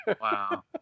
Wow